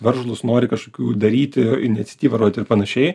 veržlūs nori kažkokių daryti iniciatyvą rodyt ir panašiai